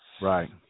Right